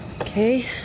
Okay